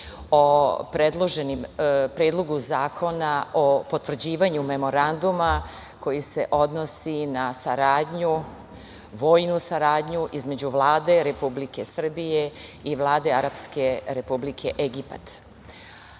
o Predlogu zakona o potvrđivanju Memoranduma koji se odnosi na vojnu saradnju između Vlade Republike Srbije i Vlade Arapske Republike Egipat. Naravno